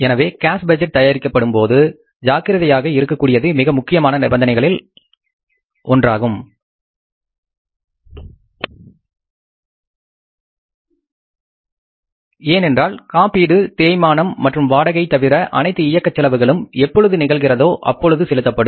எனவே cash budget தயாரிக்கப்படும் பொழுது ஜாக்கிரதையாக இருக்க கூடியது மிக முக்கியமான நிபந்தனைகளில் ஒன்றாகும் ஏனென்றால் காப்பீடு தேய்மானம் மற்றும் வாடகை தவிர அனைத்து இயக்க செலவுகளும் எப்பொழுது நிகழ்கிறதோ அப்பொழுது செலுத்தப்படும்